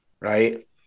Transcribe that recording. right